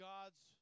God's